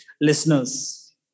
listeners